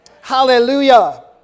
Hallelujah